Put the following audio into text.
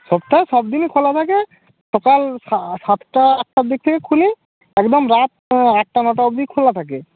সপ্তাহে সব দিনই খোলা থাকে সকাল সা সাতটা আটটার দিকে খুলে একদম রাত আটটা নটা অব্দি খোলা থাকে